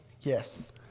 Yes